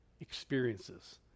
experiences